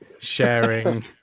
sharing